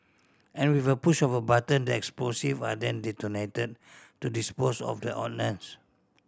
and with a push of a button the explosive are then detonated to dispose of the ordnance